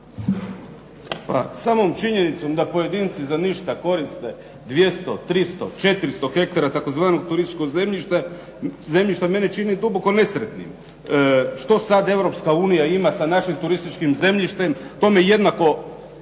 Pa samom činjenicom da pojedinci za ništa koriste 200, 300, 400 hektara tzv. turističkog zemljišta mene čini duboko nesretnim. Što sad Europska unija ima sa našim turističkim zemljištem, to me jednako